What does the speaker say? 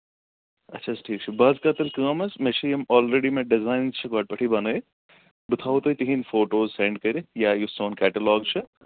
اچھا حظ ٹھیٖک چھُ بہٕ حظ کرٕ تیٚلہِ کٲم حظ مےٚ چھِ یِم آلریڈی مےٚ ڈِزاین چھِ گۄڈٕ پٮ۪ٹھٕے بَنٲوِتھ بہٕ تھاوَو تۄہہِ تِہِنٛدۍ فوٹوز سٮ۪نٛڈ کٔرِتھ یا یُس سون کیٹَلاگ چھُ